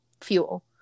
fuel